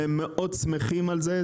והם מאוד שמחים על זה,